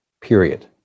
period